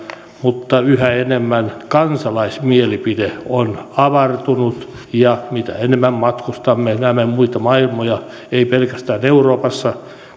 mutta yhä enemmän kansalaismielipide on avartunut ja mitä enemmän matkustamme ja näemme muita maailmoja ei pelkästään euroopassa